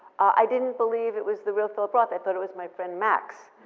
i didn't believe it was the real philip roth. i thought it was my friend max.